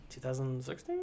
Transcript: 2016